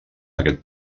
aquest